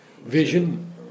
vision